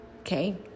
Okay